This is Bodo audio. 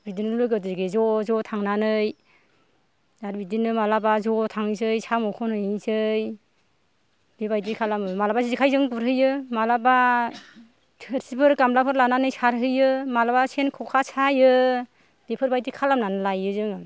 बिदिनो लोगो दिगि ज' ज' थांनानै आरो बिदिनो मालाबा ज' थांसै साम' खनहैनोसै बेबायदि खालामो मालाबा जिखायजों गुरहैयो मालाबा थोरसिफोर गामलाफोर लानानै सारहैयो मालाबा चेन ख'खा सायो बेफोरबायदि खालामनानै लायो जोङो